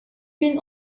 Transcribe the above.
bin